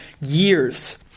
years